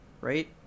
right